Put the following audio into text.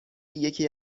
یکی